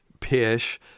pish